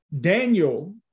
Daniel